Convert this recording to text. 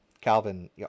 Calvin